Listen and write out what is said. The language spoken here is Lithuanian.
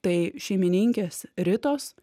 tai šeimininkės ritos